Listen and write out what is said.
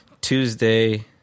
Tuesday